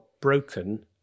broken